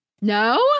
No